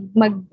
mag